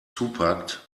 zupackt